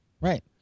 Right